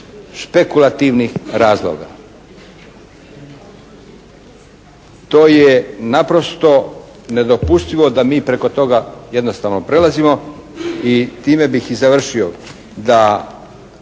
špekulativnih razloga. To je naprosto nedopustivo da mi preko toga jednostavno prelazimo. I time bih i završio, da